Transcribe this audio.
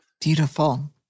Beautiful